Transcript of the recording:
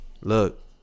look